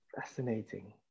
Fascinating